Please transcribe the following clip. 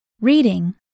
Reading